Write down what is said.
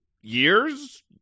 years